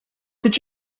did